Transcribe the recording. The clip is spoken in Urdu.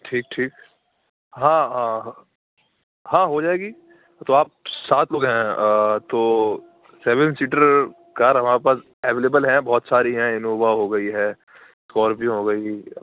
ٹھیک ٹھیک ہاں ہاں ہاں ہاں ہو جائے گی تو آپ سات لوگ ہیں تو سیون سیٹر کار ہمارے پاس ایویلیبل ہیں بہت ساری ہیں انووا ہو گئی ہے کورپیو ہوں گئی